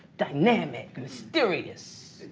dynamic, mysterious!